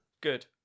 Good